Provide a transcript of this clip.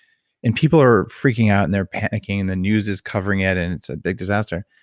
and people are freaking out, and they're panicking, and the news is covering it, and it's a big disaster.